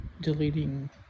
deleting